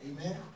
Amen